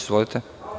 Izvolite.